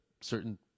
certain